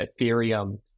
Ethereum